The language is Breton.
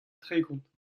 tregont